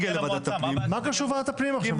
מה קשור ועדת הפנים עכשיו?